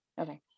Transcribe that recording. okay